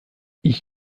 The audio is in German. ich